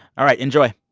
all right. enjoy